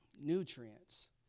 Nutrients